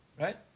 right